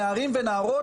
זה נערים ונערות,